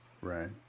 Right